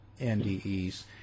NDEs